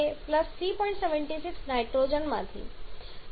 76 નાઇટ્રોજનમાંથી